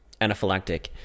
Anaphylactic